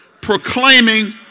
proclaiming